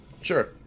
Sure